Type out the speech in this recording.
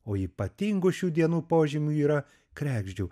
o ypatingu šių dienų požymiu yra kregždžių